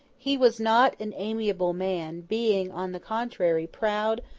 he was not an amiable man, being, on the contrary, proud,